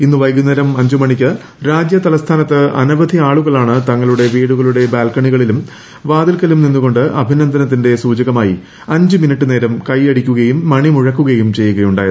ഇന്ന് വൈകുന്നേരം അഞ്ച് മണിക്ക് രാജ്യ തലസ്ഥാനത്ത് അനവധി ആളുകളാണ് തങ്ങളുടെ വീടുകളുടെ ബാൽക്കണികളിലും വാതിൽക്കലും നിന്നുർക്കാണ്ട് അഭിനന്ദനത്തിന്റെ സൂചകമായി അഞ്ച് മിനിറ്റ് നേര്യുടിക്കെയ്യടിക്കുകയും മണി മുഴക്കുകയും ചെയ്യുകയുണ്ടായി